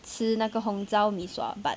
吃那个红槽 mee sua but